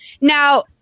Now